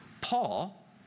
Paul